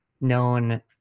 known